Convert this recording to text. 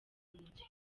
ntoki